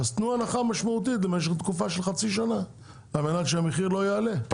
אז תנו הנחה משמעותית במשך תקופה של חצי שנה כדי שהמחיר לא יעלה.